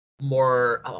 More